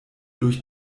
durch